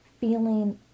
feeling